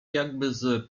jakby